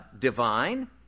divine